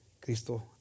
Cristo